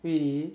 really